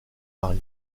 mari